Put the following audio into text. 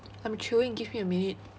I'm chewing give me a minute